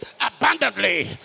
abundantly